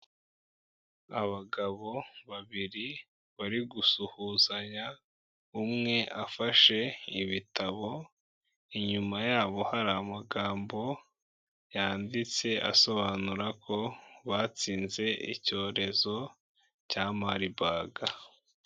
Abagabo babiri bari gusuhuzanya umwe afashe ibitabo, inyuma ya bo hari amagambo yanditse asobanura ko batsinze icyorezo cya Marbarg.